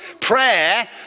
Prayer